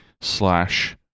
slash